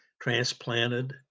transplanted